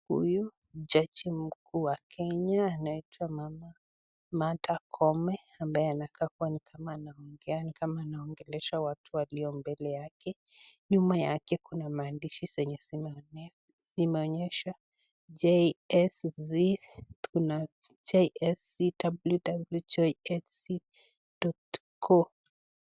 Huyu jaji mkuu wa Kenya anaitwa Mama Martha Koome ambaye anakaa ni kama anaongea, ni kama anaongelesha watu walio mbele yake. Nyuma yake kuna maandishi zenye zimeonyesha JSC , kuna JSC www.jsc.go